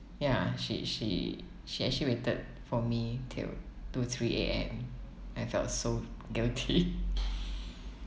ya she she she actually waited for me till two three A_M I felt so guilty